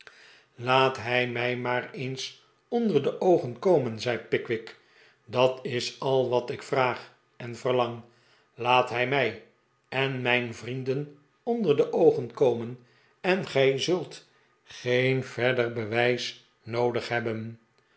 laat hij mij maar eens onder de oogen komen zei pickwick dat is al wat ik vraag en verlang laat hij mij en mijn vrienden onder de oogen komen en gij zult geen verder bewijs noodig hebben